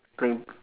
playing